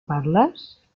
parles